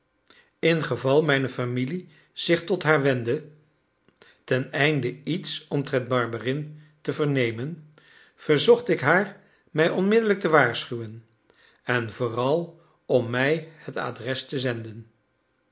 ingeval mijne familie zich tot haar wendde teneinde iets omtrent barberin te vernemen verzocht ik haar mij onmiddellijk te waarschuwen en vooral om mij het adres te zenden